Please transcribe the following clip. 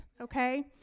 okay